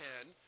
ten